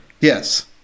Yes